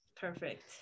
Perfect